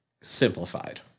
simplified